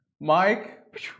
Mike